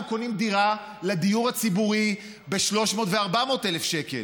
קונים דירה לדיור הציבורי ב-300,000 ו-400,000 שקל,